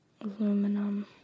Aluminum